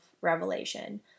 Revelation